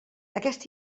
aquest